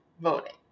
voting